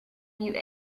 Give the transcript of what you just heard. you